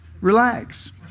relax